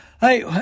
Hey